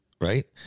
right